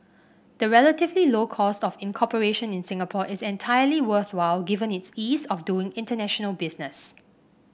the relatively low cost of incorporation in Singapore is entirely worthwhile given its ease of doing international business